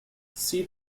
see